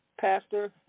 Pastor